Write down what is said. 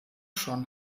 schon